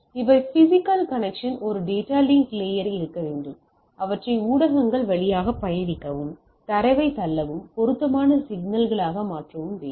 இவை physical connection ஒரு data link layer இருக்க வேண்டும் அவற்றை ஊடகங்கள் வழியாக பயணிக்கவும் தரவைத் தள்ளவும் பொருத்தமான சிக்னல் களாக மாற்ற வேண்டும்